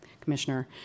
Commissioner